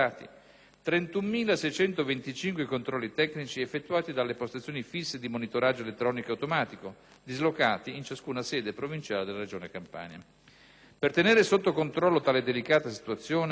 31.625 controlli tecnici effettuati dalle postazioni fisse di monitoraggio elettronico e automatico, dislocati in ciascuna sede provinciale della Regione Campania. Per tenere sotto controllo tale delicata situazione